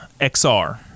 XR